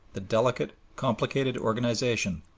the delicate, complicated organization,